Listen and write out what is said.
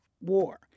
war